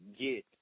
get